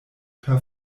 per